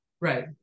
Right